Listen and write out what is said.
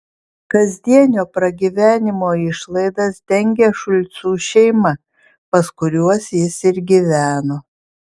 kasdienio pragyvenimo išlaidas dengė šulcų šeima pas kuriuos jis ir gyveno